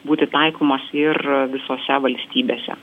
būti taikomas ir visose valstybėse